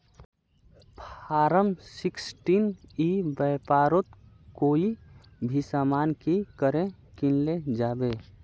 Form sixteen ई व्यापारोत कोई भी सामान की करे किनले जाबे?